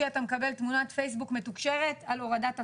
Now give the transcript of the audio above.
אתה מקבל תמונת פייסבוק מתוקשרת על הורדת אתר.